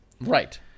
right